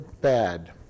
bad